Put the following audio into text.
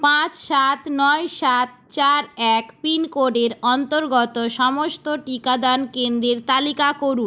পাঁচ সাত নয় সাত চার এক পিনকোডের অন্তর্গত সমস্ত টিকাদান কেন্দ্রের তালিকা করুন